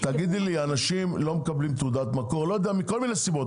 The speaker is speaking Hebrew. אנשים לא מקבלים תעודת מקור מכל מיני סיבות.